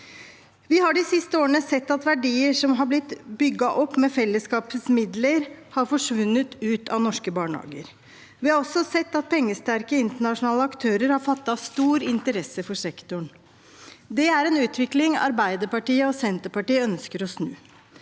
Vi har de siste årene sett at verdier som har blitt bygget opp med fellesskapets midler, har forsvunnet ut av norske barnehager. Vi har også sett at pengesterke internasjonale aktører har fattet stor interesse for sektoren. Det er en utvikling Arbeiderpartiet og Senterpartiet ønsker å snu.